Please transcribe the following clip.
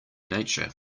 nature